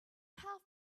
have